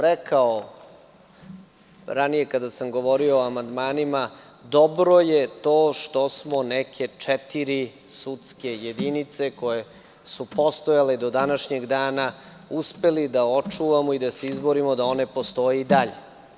Rekao sam, ranije kada sam govorio o amandmanima – dobro je to što smo neke četiri sudske jedinice, koje su postojale do današnjeg dana, uspeli da očuvamo i da se izborimo da one postoje i dalje.